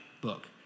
book